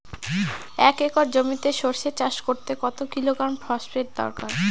এক একর জমিতে সরষে চাষ করতে কত কিলোগ্রাম ফসফেট দরকার?